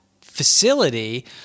facility